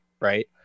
right